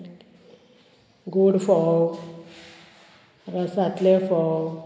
गोड फोव रसांतले फोव